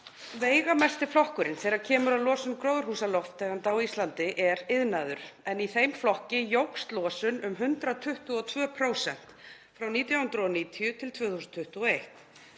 Langveigamesti flokkurinn þegar kemur að losun gróðurhúsalofttegunda á Íslandi er iðnaður en í þeim flokki jókst losun um 122% á árunum1990–2021.